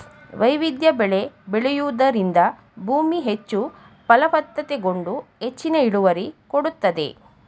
ವೈವಿಧ್ಯ ಬೆಳೆ ಬೆಳೆಯೂದರಿಂದ ಭೂಮಿ ಹೆಚ್ಚು ಫಲವತ್ತತೆಗೊಂಡು ಹೆಚ್ಚಿನ ಇಳುವರಿ ಕೊಡುತ್ತದೆ